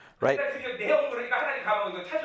right